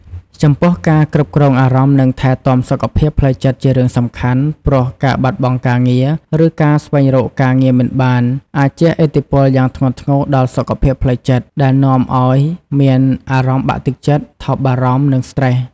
ចំពោះការគ្រប់គ្រងអារម្មណ៍ និងថែទាំសុខភាពផ្លូវចិត្តជារឿងសំខាន់ព្រោះការបាត់បង់ការងារ ឬការស្វែងរកការងារមិនបាន អាចជះឥទ្ធិពលយ៉ាងធ្ងន់ធ្ងរដល់សុខភាពផ្លូវចិត្ត ដែលនាំឱ្យមានអារម្មណ៍បាក់ទឹកចិត្ត ថប់បារម្ភ និងស្ត្រេស។